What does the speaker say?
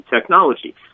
technology